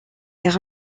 car